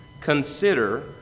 Consider